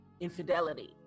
infidelity